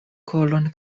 kolon